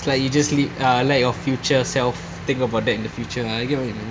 it's like you just live ah like your future self think about that in the future ah I get what you mean